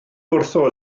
wrtho